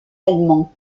allemands